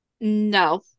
no